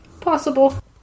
Possible